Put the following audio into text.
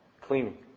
cleaning